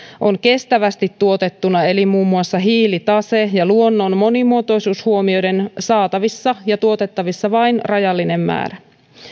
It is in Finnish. on kestävästi tuotettuna eli muun muassa hiilitase ja luonnon monimuotoisuus huomioiden saatavissa ja tuotettavissa vain rajallinen määrä